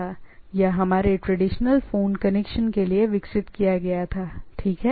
तो यह मुख्य रूप से वॉइस ट्रैफिक या हमारे ट्रेडिशनल फोन कनेक्शन के लिए विकसित किया गया था ठीक है